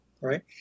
right